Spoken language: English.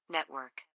Network